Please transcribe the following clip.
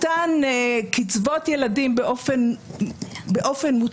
מתן קצבאות ילדים באופן מוטעה,